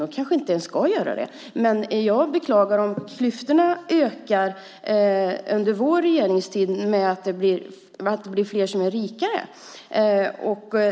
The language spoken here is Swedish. Den kanske inte ens ska göra det, men jag beklagar om klyftorna ökat under vår regeringstid på så sätt att fler blivit rikare.